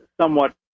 somewhat